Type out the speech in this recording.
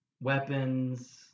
weapons